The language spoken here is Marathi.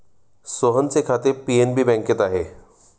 सोहनचे खाते पी.एन.बी बँकेत आहे